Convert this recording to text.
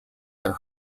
their